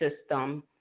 system